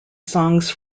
songs